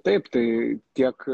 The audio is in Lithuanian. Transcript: taip tai tiek